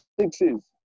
sixes